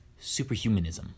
superhumanism